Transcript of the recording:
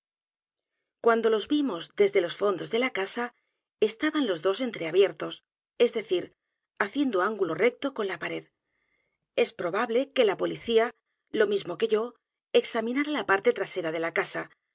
cuando los vimos desde los fondos de la casa estaban los dos entreabiertos es decir haciendo ángulo recto con la pared es probable que la policía lo mismo q u e yo examinara la parte trasera de la casa